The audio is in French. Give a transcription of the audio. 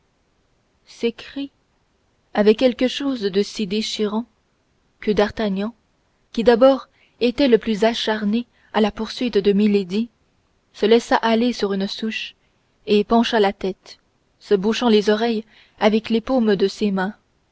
ces cris avaient quelque chose de si déchirant que d'artagnan qui d'abord était le plus acharné à la poursuite de milady se laissa aller sur une souche et pencha la tête se bouchant les oreilles avec les paumes de ses mains